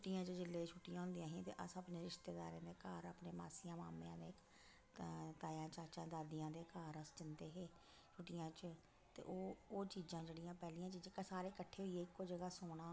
छुट्टियां च जेल्लै छुट्टियां होंदियां ही ते अस अपने रिश्तेदारें दे घर अपने मासियां मामें दे ताया चाचा दादियें दे घर अस जंदे हे छुट्टियें च ते ओह् ओह् चीजां जेह्ड़ियां पैह्लियां चीजां सारें कट्ठे होइयै इक्को जगह सोना